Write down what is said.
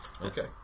Okay